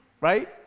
Right